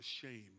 shame